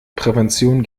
prävention